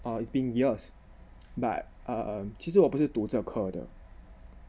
err it's been years but err 其实我不是读这个科的